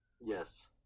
Yes